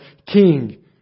king